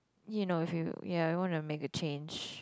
you know if you ya you wanna make a change